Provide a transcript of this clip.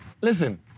Listen